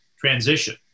transition